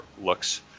looks